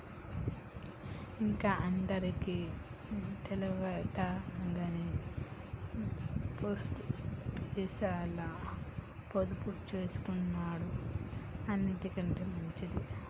ఇంక అందరికి తెల్వదుగని పోస్టాపీసుల పొదుపుజేసుకునుడు అన్నిటికంటె మంచిది